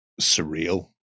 surreal